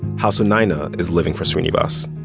how sunayana is living for srinivas